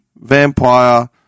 Vampire